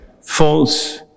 false